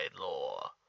law